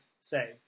say